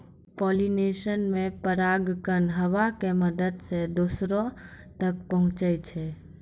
pollination मे परागकण हवा के मदत से दोसरो तक पहुचै छै